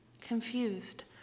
Confused